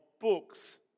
books